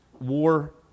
war